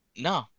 No